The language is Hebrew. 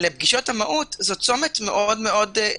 לפגישת המהו"ת זה צומת קריטי,